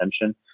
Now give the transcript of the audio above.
attention